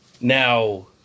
Now